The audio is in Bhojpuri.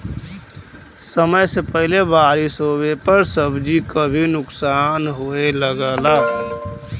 समय से पहिले बारिस होवे पर सब्जी क भी नुकसान होये लगला